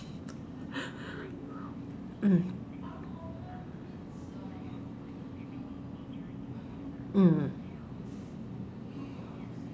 mm mm